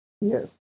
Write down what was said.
Yes